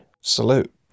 Salute